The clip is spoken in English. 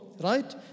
Right